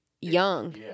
young